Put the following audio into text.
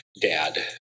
dad